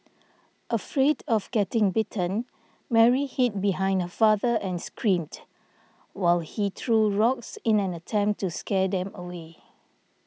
afraid of getting bitten Mary hid behind her father and screamed while he threw rocks in an attempt to scare them away